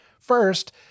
First